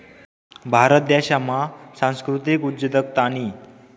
भारत देशमा सांस्कृतिक उद्योजकतानी